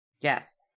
Yes